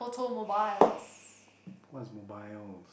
what's mobiles